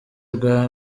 rwa